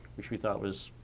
which we thought was